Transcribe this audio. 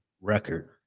record